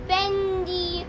Bendy